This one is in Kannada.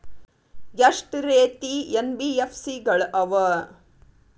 ಎಷ್ಟ ರೇತಿ ಎನ್.ಬಿ.ಎಫ್.ಸಿ ಗಳ ಅವ?